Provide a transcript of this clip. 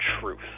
truth